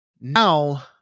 now